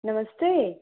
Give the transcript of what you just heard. नमस्ते